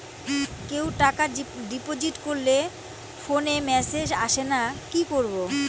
কেউ টাকা ডিপোজিট করলে ফোনে মেসেজ আসেনা কি করবো?